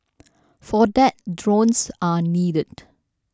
for that drones are needed